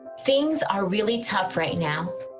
things are really tough right now,